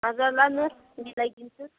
हजुर लानुहोस् मिलाइदिन्छु